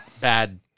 bad